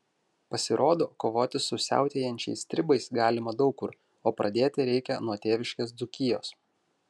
pasirodo kovoti su siautėjančiais stribais galima daug kur o pradėti reikia nuo tėviškės dzūkijos